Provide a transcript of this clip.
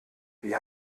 wie